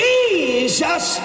Jesus